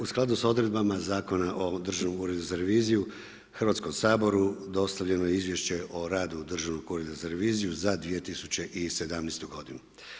U skladu s odredbama Zakona o Državnom uredu za reviziju, Hrvatskom saboru dostavljeno je izvješće o radu Državnog ureda za reviziju za 2017. godinu.